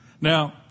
Now